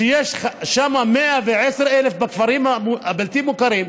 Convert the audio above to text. שיש שם 110,000 בכפרים הבלתי-מוכרים,